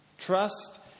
Trust